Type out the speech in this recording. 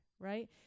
Right